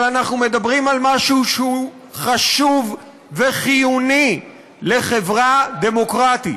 אבל אנחנו מדברים על משהו שהוא חשוב וחיוני לחברה דמוקרטית,